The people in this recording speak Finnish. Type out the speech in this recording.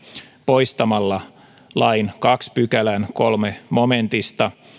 poistamalla lain toisen pykälän kolmannesta momentista